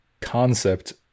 concept